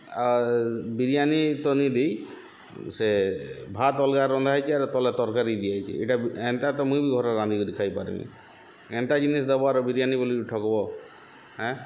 ଆଉ ବିରିୟାନି ତ ନି ଦେଇ ସେ ଭାତ୍ ଅଲ୍ଗା ରନ୍ଧା ହେଇଚି ଆର୍ ତଲେ ତରକାରୀ ଦିଆଯାଇକହେ ଇଟା ଏନ୍ତା ତ ମୁଇଁ ବି ଘରେ ରାନ୍ଧିକରି ଖାଇପାର୍ମି ଏନ୍ତା ଜିନିଷ୍ ଦେବ ଆର୍ ବିରିୟାନି ବୋଲିକରି ଠକ୍ବ ହେଁ